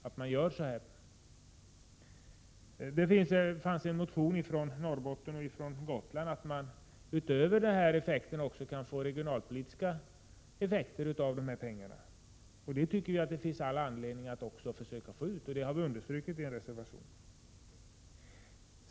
Det har väckts en motion av ledamöter från Norrbotten och Gotland om att NOLA-pengarna utöver denna effekt också kan få regionalpolitiska effekter. Det finns all anledning att försöka uppnå dessa effekter, vilket vi från centerpartiet har understrukit i en reservation.